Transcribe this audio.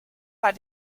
bei